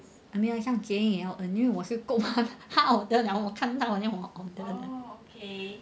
没有 lah 像 jie yin 他 order then 我看到我就 order 的